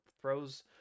throws